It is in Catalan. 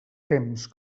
temps